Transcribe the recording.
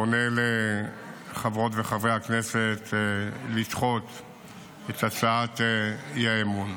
אני פונה לחברות וחברי הכנסת לדחות את הצעת האי-אמון.